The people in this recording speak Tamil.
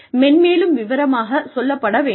ஆகவே மென்மேலும் விவரமாகச் சொல்லப்பட வேண்டும்